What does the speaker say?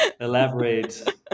elaborate